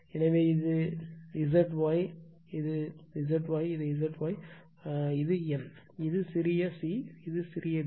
எனவே இது எனது ZY ZY ZY இது N இது சிறிய c இது சிறிய b